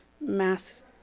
Mass